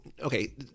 okay